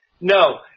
No